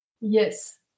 Yes